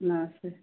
नमस्ते